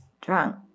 drunk